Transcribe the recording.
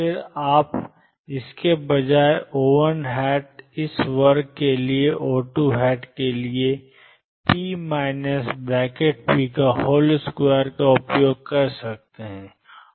फिर आप इसके बजाय O1 इस वर्ग के लिए और O2 के लिए p ⟨p⟩2 का उपयोग कर सकते हैं